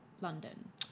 London